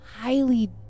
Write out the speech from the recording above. highly